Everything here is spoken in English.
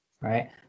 right